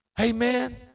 Amen